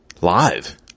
live